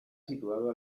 situado